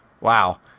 Wow